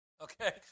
Okay